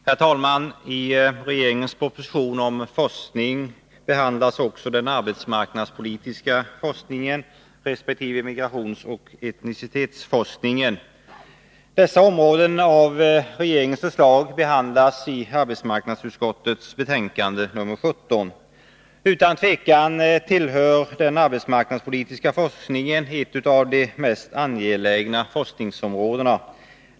Herr talman! I regeringens proposition om forskning behandlas också den arbetsmarknadspolitiska forskningen resp. migrationsoch etnicitetsforskningen. Dessa områden av regeringens förslag behandlas i arbetsmarknadsutskottets betänkande nr 17. Utan tvivel tillhör den arbetsmarknadspolitiska forskningen de mest angelägna forskningsområdena.